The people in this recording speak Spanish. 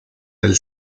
del